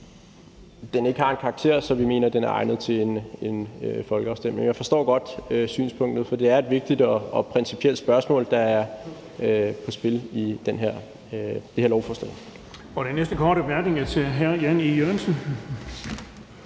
den ikke har en karakter, som gør, at vi mener, den er egnet til en folkeafstemning. Jeg forstår godt synspunktet, for det er et vigtigt og principielt spørgsmål, der er på spil i det her lovforslag.